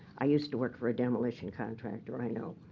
i used to work for a demolition contractor. i know.